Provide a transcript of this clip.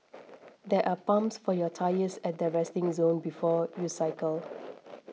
there are pumps for your tyres at the resting zone before you cycle